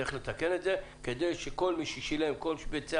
צריך לתקן את זה כדי שכל מי ששילם וביצע